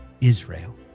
Israel